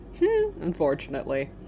unfortunately